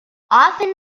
often